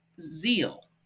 zeal